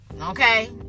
Okay